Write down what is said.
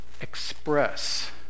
express